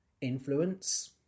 influence